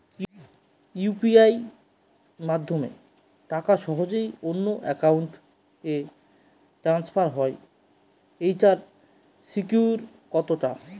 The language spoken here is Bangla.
ইউ.পি.আই মাধ্যমে টাকা সহজেই অন্যের অ্যাকাউন্ট ই ট্রান্সফার হয় এইটার সিকিউর কত টা?